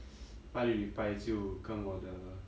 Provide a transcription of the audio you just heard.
拜六礼拜就跟我的